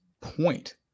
point